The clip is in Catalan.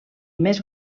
més